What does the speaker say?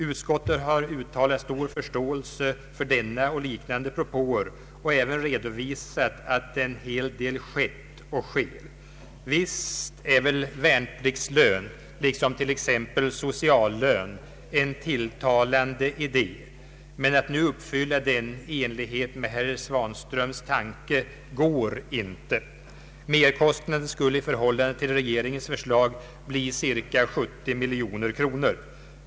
Utskottet har uttalat stor förståelse för denna och liknande propåer samt även redovisat att en hel del skett och sker. Visst är väl ”värnpliktslön” liksom t.ex. ”sociallön” en tilltalande idé, men att nu uppfylla den i enlighet med herr Svanströms tanke går inte. Merkostnaden skulle i förhållande till regeringens förslag bli cirka 70 miljoner kronor.